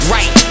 Right